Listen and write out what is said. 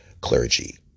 clergy